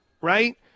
right